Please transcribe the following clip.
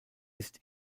ist